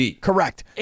Correct